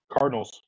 Cardinals